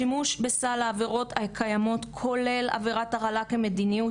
שימוש בסל העבירות הקיימות כולל עבירת הרעלה כמדיניות.